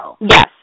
Yes